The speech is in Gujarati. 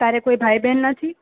તારે કોઈ ભાઈ બહેન નથી